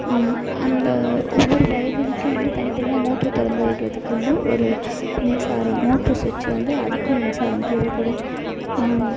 அந்த ஒவ்வொரு வயல்வெளிக்கும் வந்து தனி தனியாக மோட்ரு திறந்து விடுறதுக்கு வந்து ஒரு மின்சாரம் மோட்ரு ஸ்விட்ச்சு வந்து அதுக்கும் மின்சாரம் தேவைப்படும்